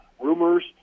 rumors